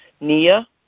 Nia